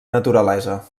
naturalesa